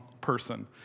person